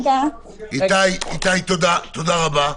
אם עומדת הצעת הסדר או להגיב,